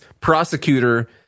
prosecutor